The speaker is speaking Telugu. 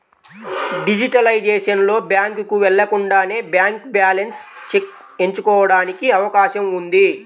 డిజిటలైజేషన్ లో, బ్యాంకుకు వెళ్లకుండానే బ్యాంక్ బ్యాలెన్స్ చెక్ ఎంచుకోవడానికి అవకాశం ఉంది